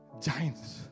Giants